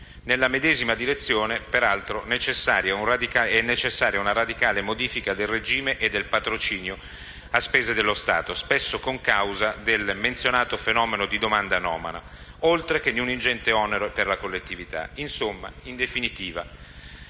nella medesima direzione è necessaria una radicale modifica del regime del patrocinio a spese dello Stato, spesso concausa del menzionato fenomeno di domanda anomala, otre che di un ingente onere per la collettività. In definitiva,